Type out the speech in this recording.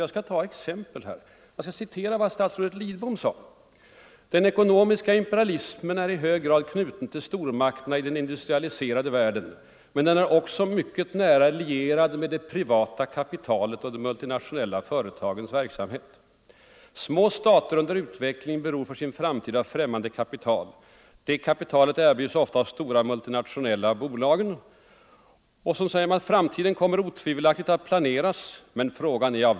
För att ge ett exempel vill jag återge något av vad statsrådet Lidbom sade inför FN:s generalförsamlings tredje kommitté: ”Den ekonomiska imperialismen är i hög grad knuten till stormakterna i den industrialiserade världen, men den är också mycket nära lierad med det privata kapitalet och de multinationella företagens verksamhet. —-—-- Små stater under utveckling beror för sin framtid av främmande kapital. Det kapitalet erbjuds ofta av de stora multinationella bolagen. --- På ett eller annat sätt kommer framtiden otvivelaktigt att planeras, men frågan är: av vem?